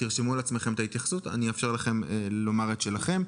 תרשמו לעצמכם את ההתייחסות ואני אאפשר לכם לומר את שלכם.